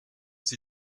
sie